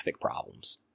problems